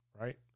right